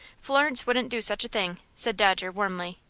florence wouldn't do such a thing, said dodger, warmly.